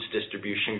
distribution